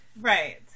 Right